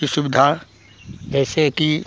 ये सुविधा जैसे कि